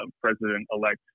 President-elect